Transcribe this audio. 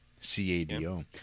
C-A-D-O